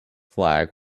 flag